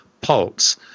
pulse